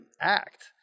act